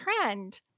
trend